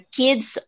kids